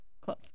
close